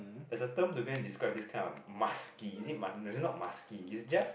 there's a term to go in describe this kind of musky is it is not musky is just